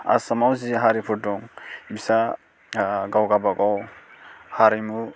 आसामाव जि हारिफोर दं बिस्रा गाव गावबागाव हारिमु